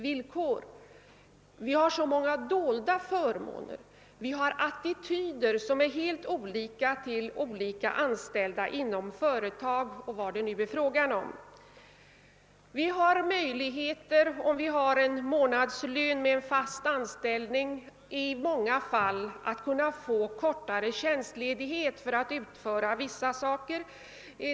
Det förekommer så många dolda förmåner. Vi har också helt olika attityder till olika slags anställda inom företag och andra områden av arbetslivet. Den som har fast anställning med månadslön har i många fall möjlighet att få kortare ledighet från tjänsten utan löneavdrag för att utföra vissa göromål.